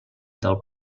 del